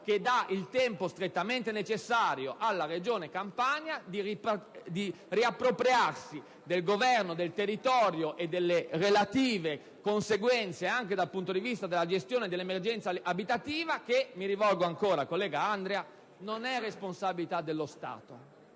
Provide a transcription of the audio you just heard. concede il tempo strettamente necessario alla Regione Campania per riappropriarsi del governo del territorio e delle relative conseguenze anche dal punto di vista della gestione dell'emergenza abitativa che - mi rivolgo ancora al collega Andria - non è responsabilità dello Stato: